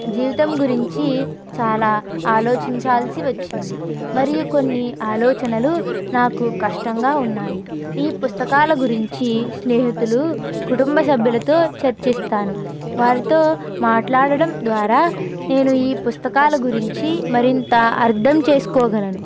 జీవితం గురించి చాలా ఆలోచించాల్సి వచ్చింది మరియు కొన్ని ఆలోచనలు నాకు కష్టంగా ఉన్నాయి ఈ పుస్తకాల గురించి స్నేహితులు కుటుంబ సభ్యులతో చర్చిస్తాను వారితో మాట్లాడడం ద్వారా నేను ఈ పుస్తకాల గురించి మరింత అర్థం చేసుకోగలను